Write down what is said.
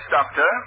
Doctor